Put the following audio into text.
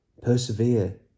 Persevere